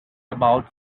about